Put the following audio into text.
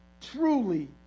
truly